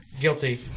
Guilty